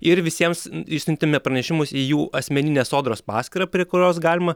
ir visiems išsiuntėme pranešimus į jų asmeninę sodros paskyrą prie kurios galima